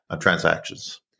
transactions